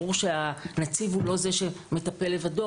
ברור שהנציב הוא לא זה שמטפל לבדו,